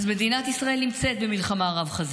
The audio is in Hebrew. מדינת ישראל נמצאת במלחמה רב-חזיתית,